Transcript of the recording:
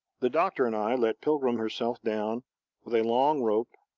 the doctor and i let pilgrim herself down with a long rope,